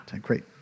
Great